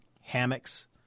hammocks